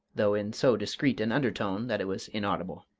though in so discreet an undertone that it was inaudible.